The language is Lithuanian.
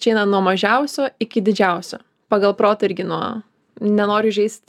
čia eina nuo mažiausio iki didžiausio pagal protą irgi nuo nenoriu įžeist